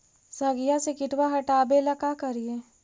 सगिया से किटवा हाटाबेला का कारिये?